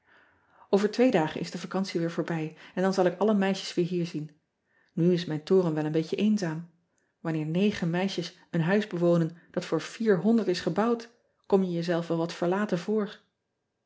ver twee dagen is de vacantie weer voorbij en dan zal ik alle meisjes weer hier zien u is mijn toren wel een beetje eenzaam anneer negen meisjes een huis bewonen dat voor vierhonderd is gebouwd kom je jezelf wel wat verlaten voor